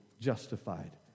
justified